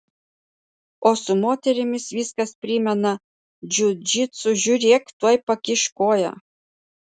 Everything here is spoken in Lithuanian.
o su moterimis viskas primena džiudžitsu žiūrėk tuoj pakiš koją